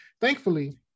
Thankfully